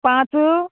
पांच